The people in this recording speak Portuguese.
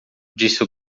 disse